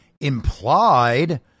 implied